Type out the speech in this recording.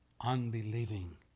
unbelieving